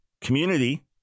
community